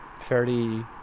fairly